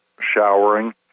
showering